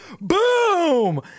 Boom